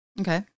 Okay